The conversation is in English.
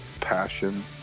passion